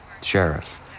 Sheriff